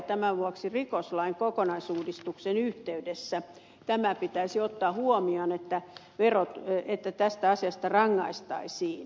tämän vuoksi rikoslain kokonaisuudistuksen yhteydessä pitäisi ottaa huomioon että tästä asiasta rangaistaisiin